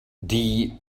die